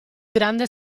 grande